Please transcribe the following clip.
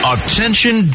Attention